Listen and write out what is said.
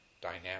dynamic